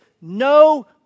no